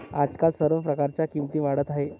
आजकाल सर्व प्रकारच्या किमती वाढत आहेत